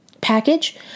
package